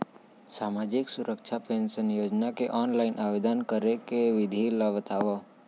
सामाजिक सुरक्षा पेंशन योजना के ऑनलाइन आवेदन करे के विधि ला बतावव